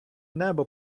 небо